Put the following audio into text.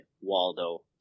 Waldo